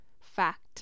fact